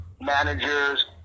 managers